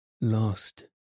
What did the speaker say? lost